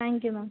thank you ma'am